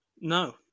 No